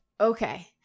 Okay